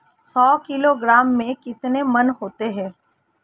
सौ किलोग्राम में कितने मण होते हैं?